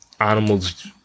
animals